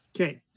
Okay